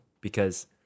because-